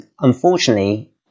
unfortunately